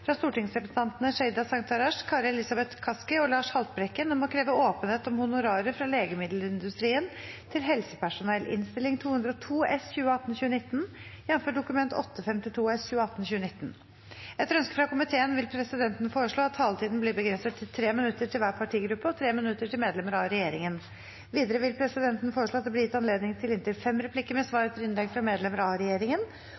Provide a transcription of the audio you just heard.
fra helse- og omsorgskomiteen vil presidenten foreslå at taletiden blir begrenset til 5 minutter til hver partigruppe og 5 minutter til medlemmer av regjeringen. Videre vil presidenten foreslå at det – innenfor den fordelte taletid – blir gitt anledning til inntil fem replikker med